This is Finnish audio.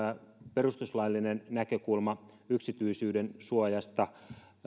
perustuslaillinen näkökulma yksityisyydensuojasta